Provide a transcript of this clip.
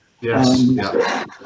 Yes